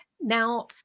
now